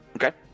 Okay